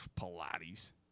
Pilates